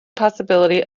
possibility